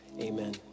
Amen